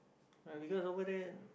and because over there